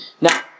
Now